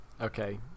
okay